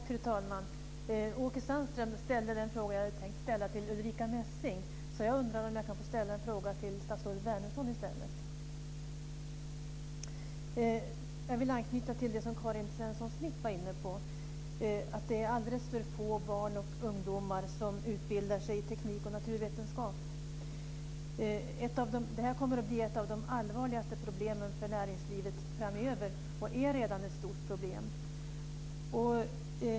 Fru talman! Åke Sandström har framfört den fråga som jag hade tänkt ställa till Ulrica Messing. Jag riktar därför i stället en fråga till statsrådet Wärnersson. Jag vill anknyta till det som Karin Svensson Smith var inne på. Det är alldeles för få barn och ungdomar som utbildar sig inom teknik och naturvetenskap. Detta kommer att bli ett av näringslivets allvarligaste problem framöver, och det är redan ett stort problem.